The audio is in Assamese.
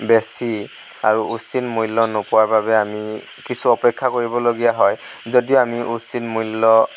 বেছি আৰু উচিত মূল্য নোপোৱাৰ বাবে আমি কিছু অপেক্ষা কৰিবলগীয়া হয় যদিও আমি উচিত মূল্য